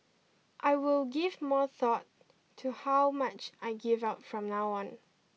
I will give more thought to how much I give out from now on